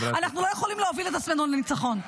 אנחנו לא יכולים להוביל את עצמנו לניצחון.